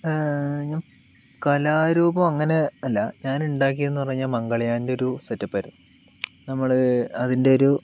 കലാരൂപം അങ്ങനെ അല്ല ഞാനുണ്ടാക്കിയെന്ന് പറഞ്ഞുകഴിഞ്ഞാൽ മംഗൾയാൻ്റെ ഒരു സെറ്റപ്പായിരുന്നു നമ്മള് അതിൻ്റെ ഒരു